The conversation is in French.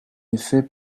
effet